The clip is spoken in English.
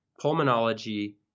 pulmonology